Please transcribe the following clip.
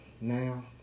now